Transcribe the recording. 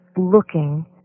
looking